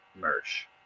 merch